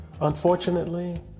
Unfortunately